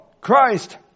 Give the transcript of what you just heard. Christ